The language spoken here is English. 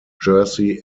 jersey